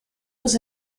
was